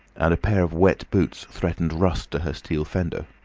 and a pair of wet boots threatened rust to her steel fender.